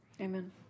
Amen